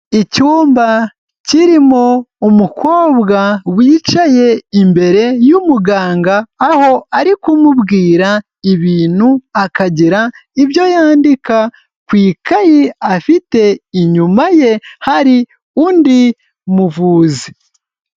Icyumba kirimo umukobwa wicaye imbere y'umuganga aho ari kumubwira ibintu akagira ibyo yandika ku ikayi afite inyuma ye hari undi muvuzi.